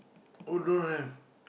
oh don't have